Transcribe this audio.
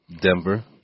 Denver